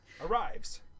arrives